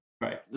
right